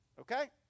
Okay